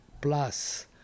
plus